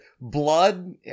blood